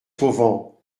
fauvent